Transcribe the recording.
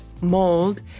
mold